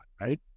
right